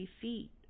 feet